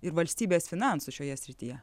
ir valstybės finansų šioje srityje